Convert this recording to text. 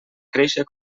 créixer